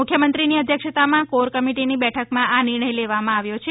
મુખ્યમંત્રીની અધ્યક્ષતામાં કોર કમિટિની બેઠકમાં આ નિર્ણય લેવામાં આવ્યો છે